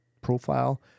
profile